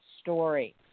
story